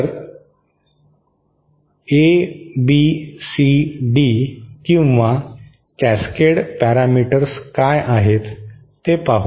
तर एबीसीडी किंवा cascade parameters काय आहेत ते पाहू